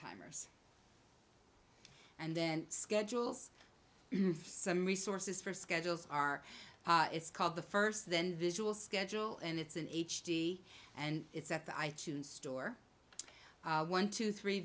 timers and then schedules some resources for schedules are it's called the first then visual schedule and it's in h d and it's at the i tunes store one two three